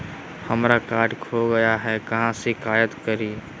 हमरा कार्ड खो गई है, कहाँ शिकायत करी?